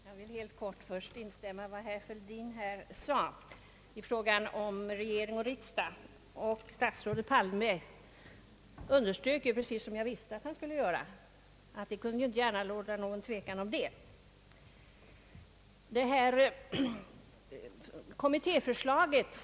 Herr talman! Jag vill först helt kort instämma i vad herr Fälldin sade om regeringen och riksdagen. Herr Palme underströk ju — precis som jag visste att han skulle göra — att det inte gärna kan råda någon tvekan om den sidan av saken.